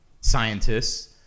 scientists